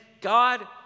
God